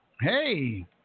Hey